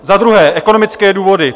Za druhé, ekonomické důvody.